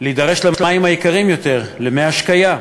למים היקרים יותר, למי ההשקיה.